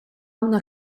una